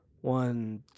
one